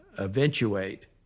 eventuate